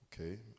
Okay